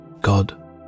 God